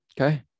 Okay